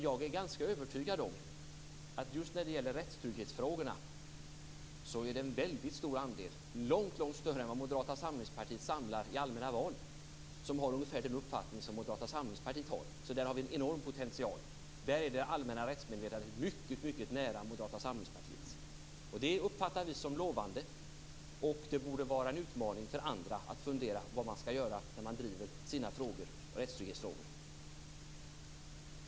Jag är dock ganska övertygad om att i just rättstrygghetsfrågorna har en väldigt stor andel ungefär samma uppfattning som Moderata samlingspartiet har, långt större än vad Moderata samlingspartiet samlar i allmänna val. Där har vi alltså en enorm potential. Där står det allmänna rättsmedvetandet mycket nära Moderata samlingspartiet uppfattning. Vi uppfattar det som lovande, och det borde vara en utmaning för andra att fundera över detta när de driver sina rättstrygghetsfrågor.